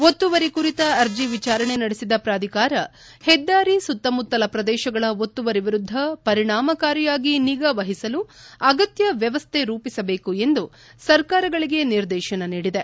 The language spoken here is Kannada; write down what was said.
ಒತ್ತುವರಿ ಕುರಿತ ಅರ್ಜಿ ವಿಚಾರಣೆ ನಡೆಸಿದ ಪ್ರಾಧಿಕಾರ ಹೆದ್ದಾರಿ ಸುತ್ತಮುತ್ತಲ ಪ್ರದೇಶಗಳ ಒತ್ತುವರಿ ವಿರುದ್ದ ಪರಿಣಾಮಕಾರಿಯಾಗಿ ನಿಗಾವಹಿಸಲು ಅಗತ್ಯ ವ್ಯವಸ್ಥೆ ರೂಪಿಸಬೇಕು ಎಂದು ಸರ್ಕಾರಗಳಿಗೆ ನಿರ್ದೇಶನ ನೀಡಿದೆ